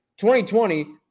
2020